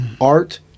art